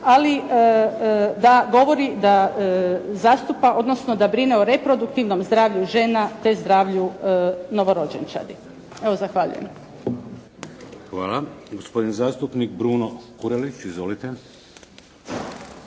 ali da govori da zastupa, odnosno da brine o reproduktivnom zdravlju žena, te zdravlju novorođenčadi. Evo zahvaljujem. **Šeks, Vladimir (HDZ)** Hvala. Gospodin zastupnik Bruno Kurelić. Izvolite.